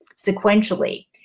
sequentially